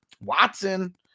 Watson